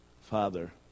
Father